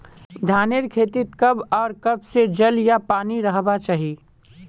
धानेर खेतीत कब आर कब से जल या पानी रहबा चही?